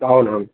అవునవును